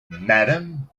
madam